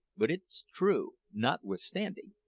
but it's true notwithstanding,